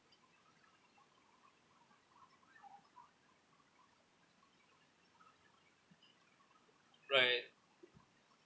right